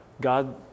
God